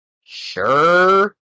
sure